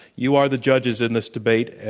you are the judges in this debate,